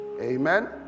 Amen